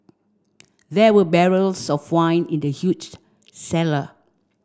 there were barrels of wine in the huge cellar